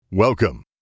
Welcome